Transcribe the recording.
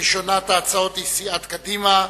ראשונת ההצעות היא של סיעת קדימה.